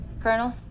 Colonel